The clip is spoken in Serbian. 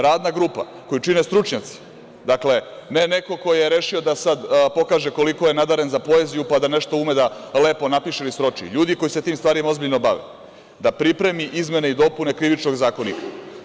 Radna grupa koju čine stručnjaci, dakle ne neko ko je rešio da sada pokaže koliko je nadaren za poeziju, pa da nešto ume da nešto lepo napiše ili sroči, ljudi koji se tim stvarima ozbiljno bave da pripremi izmene i dopune Krivičnog zakonika.